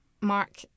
Mark